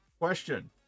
Question